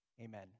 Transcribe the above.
amen